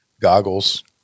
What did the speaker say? goggles